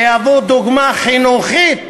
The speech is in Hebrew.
שיהוו דוגמה חינוכית.